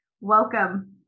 welcome